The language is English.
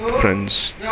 friends